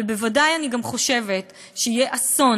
אבל בוודאי אני גם חושבת שיהיה אסון